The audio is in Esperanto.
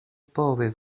povi